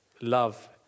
love